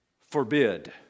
forbid